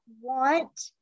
want